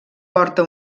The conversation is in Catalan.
porta